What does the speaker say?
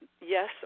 yes